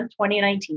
2019